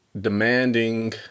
demanding